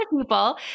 people